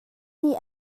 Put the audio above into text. nih